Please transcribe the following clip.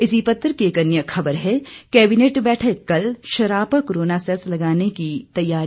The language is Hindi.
इसी पत्र की एक अन्य ख़बर है कैबिनेट बैठक कल शराब पर कोरोना सेस लगाने की तैयारी